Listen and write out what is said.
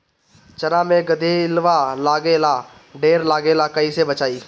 चना मै गधयीलवा लागे ला ढेर लागेला कईसे बचाई?